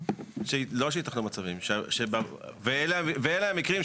היא לא נעלמה, היא עלתה למועצה הארצית.